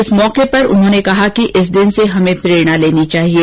इस अवसर पर उन्होंने कहा कि इस दिन से हमे प्रेरणा लेनी चाहिये